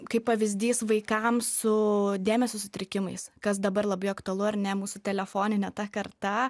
kaip pavyzdys vaikams su dėmesio sutrikimais kas dabar labai aktualu ar ne mūsų telefoninė ta karta